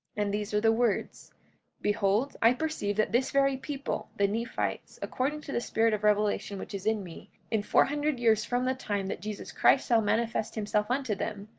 and these are the words behold, i perceive that this very people, the nephites, according to the spirit of revelation which is in me, in four hundred years from the time that jesus christ shall manifest himself unto them,